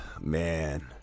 Man